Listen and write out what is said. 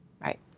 Right